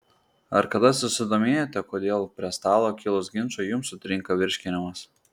ar kada susidomėjote kodėl prie stalo kilus ginčui jums sutrinka virškinimas